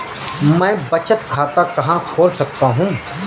मैं बचत खाता कहां खोल सकता हूं?